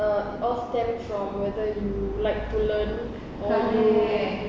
uh off them from whether you like to learn or you